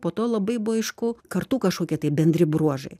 po to labai buvo aišku kartų kažkokie tai bendri bruožai